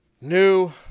New